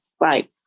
Right